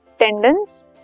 tendons